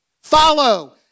follow